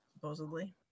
supposedly